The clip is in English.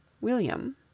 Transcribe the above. William